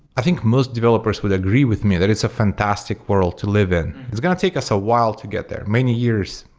i think most developers would agree with me that it's a fantastic world to live in. it's going to take us a while to get there, many years.